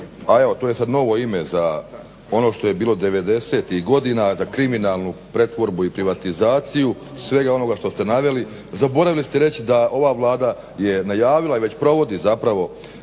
a evo tu je sad novo ime za ono što je bilo 90 –tih godina a za kriminalnu pretvorbu i privatizaciju svega onoga što ste naveli zaboravili ste da ova Vlada je već najavila i provodi zapravo